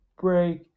break